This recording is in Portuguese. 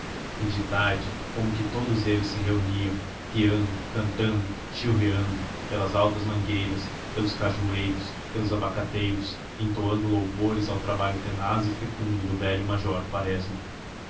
e de tarde como que todos eles se reuniam piando cantando chilreando pelas altas mangueiras pelos cajueiros pelos abacateiros entoando louvores ao trabalho tenaz e fecundo do velho major quaresma